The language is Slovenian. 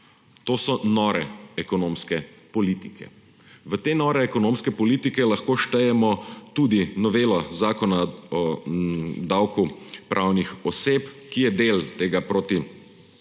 To so nore ekonomske politike. V te nore ekonomske politike lahko štejemo tudi novelo Zakona o davku od dohodkov pravnih oseb, ki je del tega